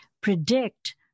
predict